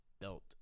built